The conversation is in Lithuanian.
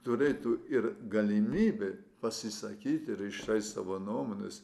turėtų ir galimybę pasisakyti ir išreikšt savo nuomones